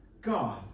God